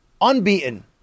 unbeaten